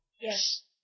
Yes